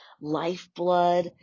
lifeblood